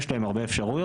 יש להם הרבה אפשרויות.